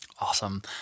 Awesome